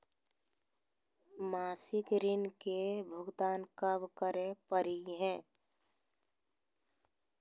मासिक ऋण के भुगतान कब करै परही हे?